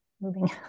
moving